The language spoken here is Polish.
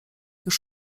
już